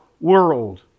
world